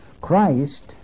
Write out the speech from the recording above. Christ